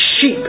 sheep